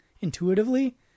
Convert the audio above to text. intuitively